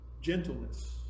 Gentleness